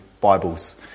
Bibles